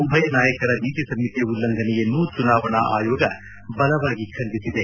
ಉಭಯ ನಾಯಕರ ನೀತಿಸಂಹಿತೆ ಉಲ್ಲಂಘನೆಯನ್ನು ಚುನಾವಣಾ ಆಯೋಗ ಬಲವಾಗಿ ಖಂಡಿಸಿದೆ